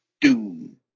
Doom